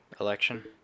election